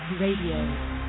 Radio